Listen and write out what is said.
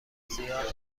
زیاد